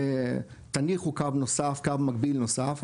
תניחו קו מקביל נוסף,